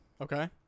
Okay